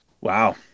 Wow